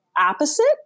opposite